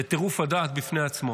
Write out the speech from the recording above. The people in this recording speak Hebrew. זה טירוף הדעת בפני עצמו.